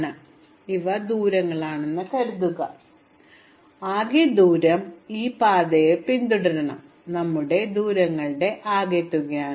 അതിനാൽ ഇവ ദൂരങ്ങളാണെന്ന് കരുതുക ആകെ ദൂരം ഈ പാത പിന്തുടരണം ഞങ്ങൾ ഒരു ആകാൻ ആഗ്രഹിക്കുന്നു ദൂരങ്ങളുടെ ആകെത്തുകയാണ്